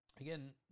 Again